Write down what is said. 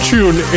Tune